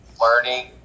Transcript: learning